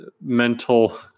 mental